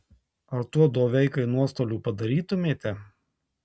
ar tuo doveikai nuostolių padarytumėte